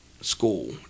School